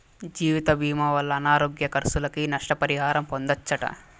జీవితభీమా వల్ల అనారోగ్య కర్సులకి, నష్ట పరిహారం పొందచ్చట